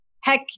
Heck